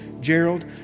Gerald